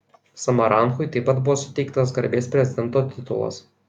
samaranchui taip pat buvo suteiktas garbės prezidento titulas